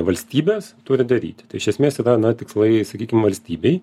valstybės turi daryti tai iš esmės yra na tikslai sakykim valstybei